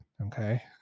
Okay